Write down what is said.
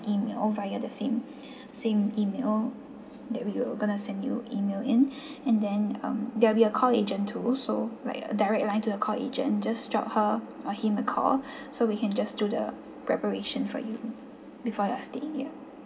email via the same same email that we you gonna send you email in and then um there'll be a call agent to you so like direct line to the call agent just drop her or him the call so we can just do the preparation for you before your staying here